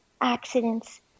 accidents